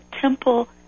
temple